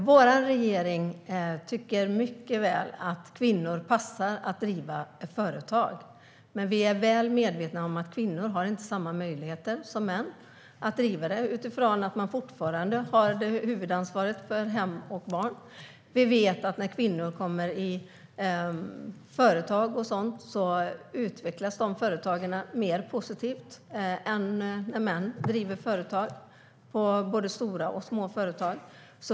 Herr talman! Vår regering tycker mycket väl att kvinnor passar för att driva företag, men vi är väl medvetna om att kvinnor inte har samma möjligheter som män att driva dem utifrån att de fortfarande har huvudansvaret för hem och barn. Vi vet att när kvinnor driver företag utvecklas de företagen mer positivt än när män driver företag. Det gäller både stora och små företag.